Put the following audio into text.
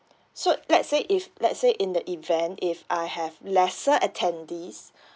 so let say if let say in the event if I have lesser attendees